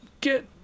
get